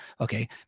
okay